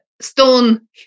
stone